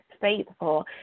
faithful